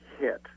hit